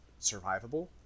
survivable